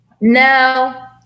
No